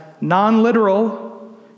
non-literal